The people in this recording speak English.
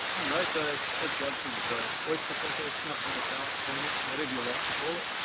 anyway, so that's the other thing, so oyster cracker, snub-nosed dart, permit, whatever you like to call it.